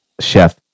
chef